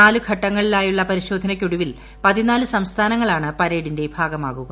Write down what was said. നാല് ഘട്ടങ്ങളിലായുളള പരിശോധനക്കൊടുവിൽ സംസ്ഥാനങ്ങളാണ് പരേഡിന്റെ ഭാഗമാകുക